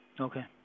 Okay